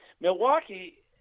Milwaukee